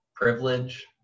privilege